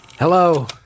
Hello